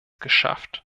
geschafft